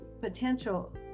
potential